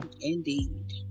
Indeed